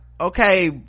okay